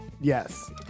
yes